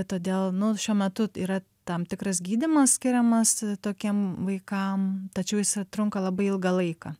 todėl nu šiuo metu yra tam tikras gydymas skiriamas tokiem vaikam tačiau jis a trunka labai ilgą laiką